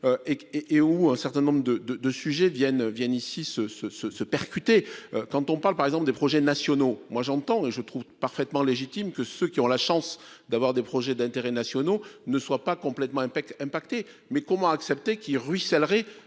et où un certain nombre de, de, de sujet viennent viennent ici ce ce ce ce percuter quand on parle par exemple des projets nationaux, moi j'entends et je trouve parfaitement légitime que ceux qui ont la chance d'avoir des projets d'intérêts nationaux ne soient pas complètement impec impacté mais comment accepter qui ruisselle